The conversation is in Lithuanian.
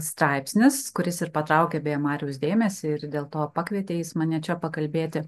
straipsnis kuris ir patraukė beje mariaus dėmesį ir dėl to pakvietė jis mane čia pakalbėti